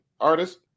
artist